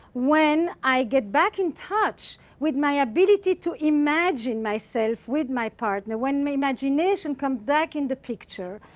when i get back in touch with my ability to imagine myself with my partner, when my imagination comes back in the picture,